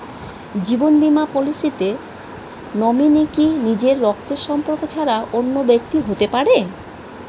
জীবন বীমা পলিসিতে নমিনি কি নিজের রক্তের সম্পর্ক ছাড়া অন্য ব্যক্তি হতে পারে?